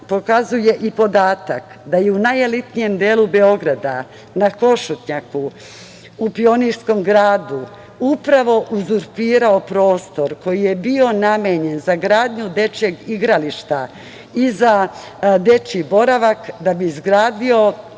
pokazuje i podatak da je u najelitnijem delu Beograda, na Košutnjaku u Pionirskom gradu, upravo uzurpirao prostor koji je bio namenjen za gradnju dečijeg igrališta i za dečiji boravak da bi izgradio